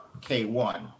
K1